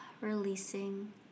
releasing